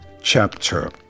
chapter